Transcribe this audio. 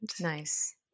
Nice